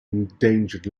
endangered